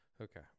Okay